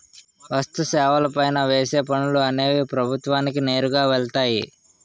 వస్తు సేవల పైన వేసే పనులు అనేవి ప్రభుత్వానికి నేరుగా వెళ్తాయి